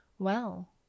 Well